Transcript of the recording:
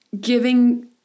giving